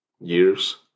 years